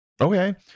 Okay